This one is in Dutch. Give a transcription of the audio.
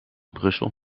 brussel